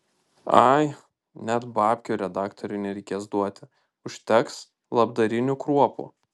ai net babkių redaktoriui nereikės duoti užteks labdarinių kruopų